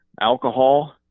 alcohol